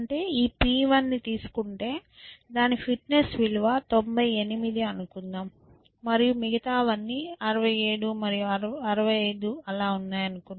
ఈ P1 ని తీసుకుంటే దాని ఫిట్నెస్ విలువ 98 అనుకుందాం మరియు మిగతావన్నీ 67 మరియు 65 ఆలా ఉన్నాయి అనుకుందాం